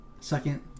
second